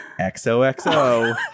xoxo